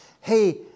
Hey